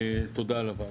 תודה על הוועדה.